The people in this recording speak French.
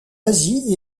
asie